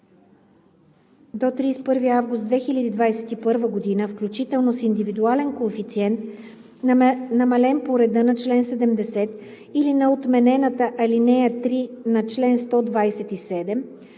до 31 август 2021 г. включително с индивидуален коефициент, намален по реда на чл. 70 или на отменената ал. 3 на чл. 127,